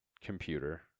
computer